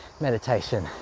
meditation